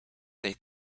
they